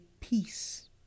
peace